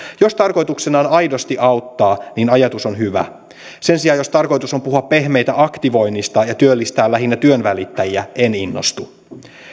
jos tarkoituksena on aidosti auttaa niin ajatus on hyvä sen sijaan jos tarkoitus on puhua pehmeitä aktivoinnista ja työllistää lähinnä työnvälittäjiä en innostu